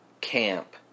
camp